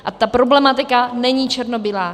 A ta problematika není černobílá.